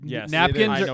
Yes